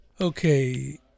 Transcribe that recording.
Okay